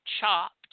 chopped